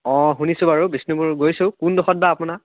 অঁ শুনিছোঁ বাৰু বিষ্ণুপুৰ গৈছোঁ কোনডোখৰত বা আপোনাৰ